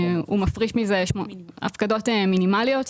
הוא מפריש מזה הפקדות מינימליות,